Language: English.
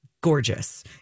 gorgeous